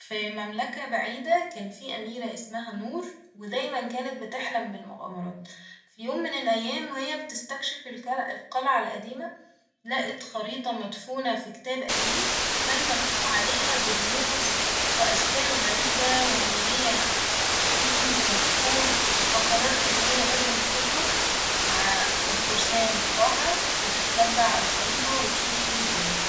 ف مملكة بعيدة كان في أميرة اسمها نور ودايما كانت بتحلم بالمغامرات ، ف يوم من الأيام وهي بتستكشف الك- القلعة الأديمة لقت خريطة مدفونة ف كتاب قديم وكان مكتوب عليها برموز وأشكال غريبة وإن هي في كنز مفقود ، فقررت إن هي لازم تخرج مع الفرسان بتوعها وتتبع الخريطة وتشوف ايه اللي فيها